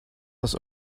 das